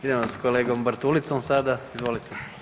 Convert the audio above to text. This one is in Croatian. Idemo s kolegom Bartulicom sada, izvolite.